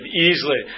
easily